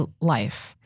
life